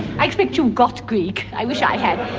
i expect you've got greek. i wish i had.